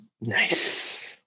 nice